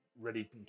ready